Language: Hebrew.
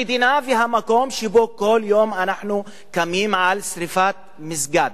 המדינה והמקום שבו כל יום אנחנו קמים לשרפת מסגד,